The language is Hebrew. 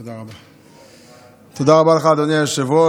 תודה רבה לך, אדוני היושב-ראש.